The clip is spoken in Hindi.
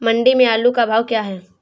मंडी में आलू का भाव क्या है?